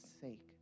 sake